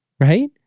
right